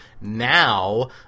now